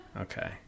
Okay